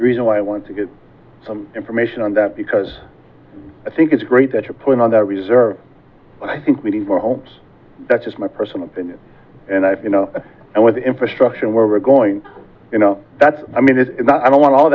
the reason why i want to get some information on that because i think it's great that you're putting on that reserve i think meaningful hopes that's just my personal opinion and i you know and with infrastructure and where we're going you know that's i mean it's not i don't want all